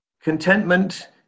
Contentment